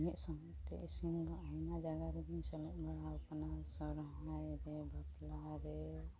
ᱢᱤᱫ ᱥᱚᱸᱜᱮᱛᱮ ᱤᱥᱤᱱ ᱨᱮᱱᱟᱜ ᱟᱭᱢᱟ ᱡᱟᱭᱜᱟᱨᱮᱜᱮᱧ ᱥᱮᱞᱮᱫ ᱵᱟᱲᱟᱣᱠᱟᱱᱟ ᱥᱚᱨᱦᱟᱭᱨᱮ ᱵᱟᱯᱞᱟᱨᱮ